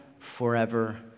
forever